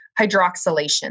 hydroxylation